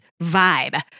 vibe